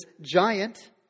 giant